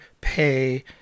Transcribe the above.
pay